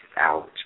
out